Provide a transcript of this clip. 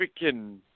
Freaking